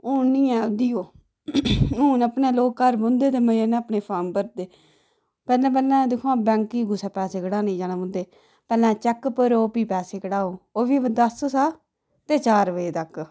हून नेईं ऐ दिन ओह् हून लोक अपने घर बौंह्दे ते मजे कन्नै अपने फार्म भरदे पैह्लें पैह्लें दिक्खो हां बैंक गी कुसै पैसे कढाने जाना पौंदा पैह्ले चैक भरो फ्ही पैसे कढाओ ते ओह् बी दस शा ते चार बजे तक